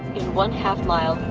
in one half mile,